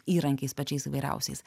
įrankiais pačiais įvairiausiais